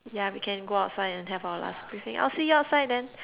yeah we can go outside and have our last briefing I'll see you outside then